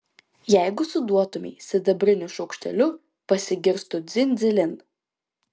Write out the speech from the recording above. jeigu suduotumei sidabriniu šaukšteliu pasigirstų dzin dzilin